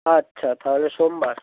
আচ্ছা তাহলে সোমবার